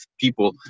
people